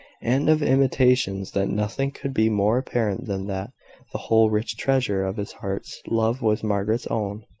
and of intimations that nothing could be more apparent than that the whole rich treasure of his heart's love was margaret's own.